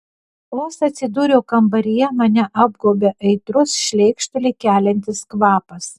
vos atsidūriau kambaryje mane apgaubė aitrus šleikštulį keliantis kvapas